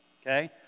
okay